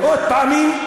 מאות פעמים,